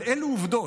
על אילו עובדות,